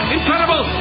Incredible